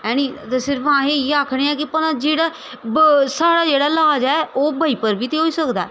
ऐनी ते सिर्फ असें इ'यै आखने आं कि भला जेह्ड़ा साढ़ा जेह्ड़ा लाज ऐ ओह् बजीपर बी ते होई सकदा ऐ